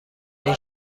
این